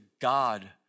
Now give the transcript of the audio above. God